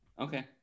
Okay